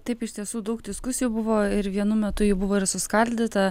taip iš tiesų daug diskusijų buvo ir vienu metu ji buvo ir suskaldyta